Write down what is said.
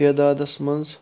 تعدادس منٛز